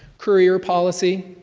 courier policy.